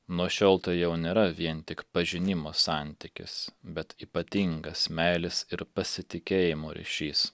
nuo šiol tai jau nėra vien tik pažinimo santykis bet ypatingas meilės ir pasitikėjimo ryšys